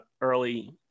early